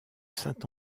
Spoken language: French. saint